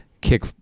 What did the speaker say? kick